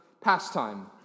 pastime